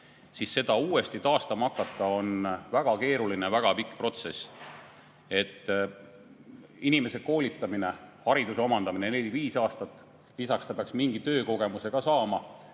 siis seda uuesti taastama hakata on väga keeruline ja väga pikk protsess. Inimese koolitamine tähendab hariduse omandamist neli-viis aastat, lisaks peaks ta mingi töökogemuse ka saama.